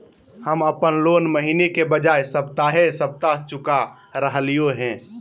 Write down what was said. हम अप्पन लोन महीने के बजाय सप्ताहे सप्ताह चुका रहलिओ हें